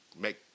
make